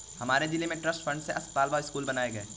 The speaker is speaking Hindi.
हमारे जिले में ट्रस्ट फंड से अस्पताल व स्कूल बनाए गए